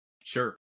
sure